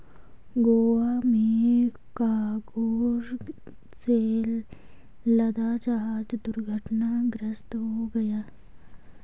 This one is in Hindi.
गोवा में कार्गो से लदा जहाज दुर्घटनाग्रस्त हो गया